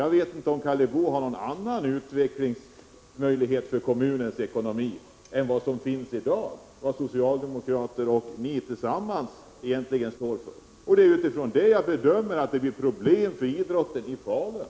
Jag vet inte om Karl Boo har någon annan uppfattning om kommunernas ekonomiska utveckling än den som socialdemokrater och centerpartister tillsammans står för i dag. Det är utifrån det som jag bedömer att det blir problem för idrotten i Falun.